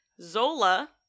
zola